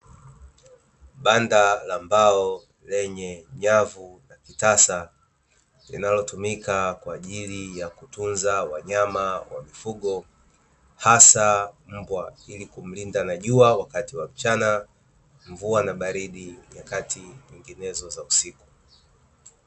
Banda la mbao lenye nyavu, kitasa linalotumika kwa ajili ya kutunza wanyama wa mifugo hasa mbwa ili kumlinda na jua wakati wa mchana, mvua na baridi nyakati zinginezo za usiku.